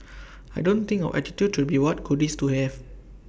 I don't think our attitude should be what goodies do we have